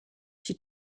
she